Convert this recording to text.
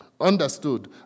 understood